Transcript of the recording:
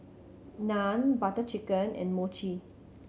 Naan Butter Chicken and Mochi